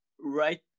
right